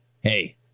Hey